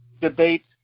debate